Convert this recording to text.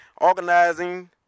organizing